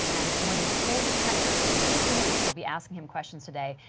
and more than forty senators, two committees will be asking him questions today.